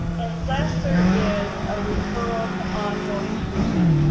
unless there is a referral to ongoing treatment.